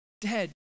dead